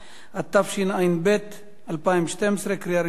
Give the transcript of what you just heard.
התשע"ב 2012, קריאה ראשונה.